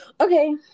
Okay